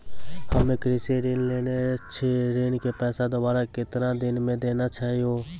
हम्मे कृषि ऋण लेने छी ऋण के पैसा दोबारा कितना दिन मे देना छै यो?